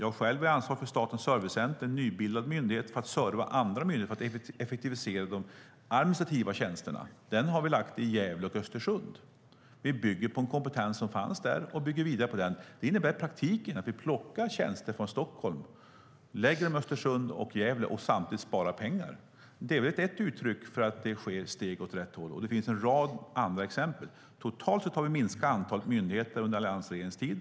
Jag själv är ansvarig för Statens servicecenter, som är en nybildad myndighet som ska serva andra myndigheter när det gäller effektivisering av de administrativa tjänsterna. Denna myndighet är belägen i Gävle och i Östersund. Vi bygger vidare på den kompetens som finns där. I praktiken innebär det att vi flyttar tjänster från Stockholm till Östersund och Gävle, samtidigt som vi sparar pengar. Det är väl ett uttryck att det tas steg åt rätt håll, och det finns en rad andra exempel. Totalt har antalet myndigheter minskat under alliansregeringens tid.